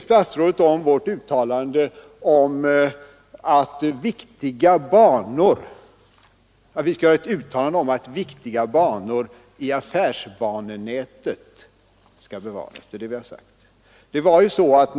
Statsrådet tyckte heller inte om att vi vill göra ett uttalande om att viktiga banor i affärsbanenätet skall bevaras. Det är vad vi har sagt.